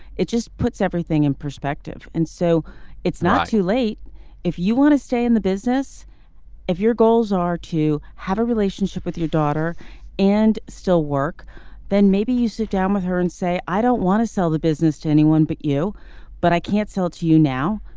it just puts everything in and perspective. and so it's not too late if you want to stay in the business if your goals are to have a relationship with your daughter and still work then maybe you sit down with her and say i don't want to sell the business to anyone but you but i can't sell to you now.